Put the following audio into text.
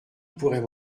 pourrait